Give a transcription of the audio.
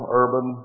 urban